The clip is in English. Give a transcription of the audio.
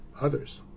others